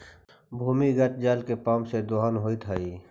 भूमिगत जल के पम्प से दोहन होइत हई